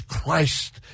Christ